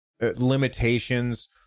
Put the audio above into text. limitations